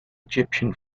egyptian